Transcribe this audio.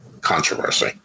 controversy